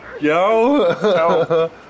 Yo